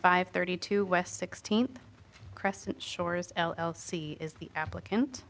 five thirty two west sixteenth crescent shores l l c is the applicant